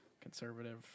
conservative